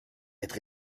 être